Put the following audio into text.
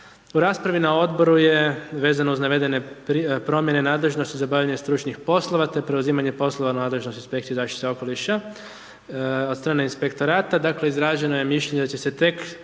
U raspravi na odboru je vezano uz navedene promjene nadležnosti zabavljanje stručnih poslova, te preuzimanje poslova nadležnosti inspekcije zaštite okoliša, od strane inspektorata. Dakle, izraženo je mišljenje da će se tek